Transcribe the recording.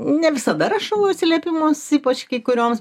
ne visada rašau atsiliepimus ypač kai kurioms